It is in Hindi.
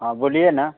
हाँ बोलिए न